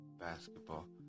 basketball